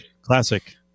classic